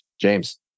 James